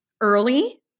early